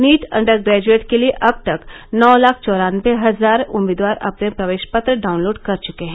NEET undergraduate के लिए अब तक नौ लाख चौरान्नबे हजार उम्मीदवार अपने प्रवेश पत्र डाउनलोड कर चुके हैं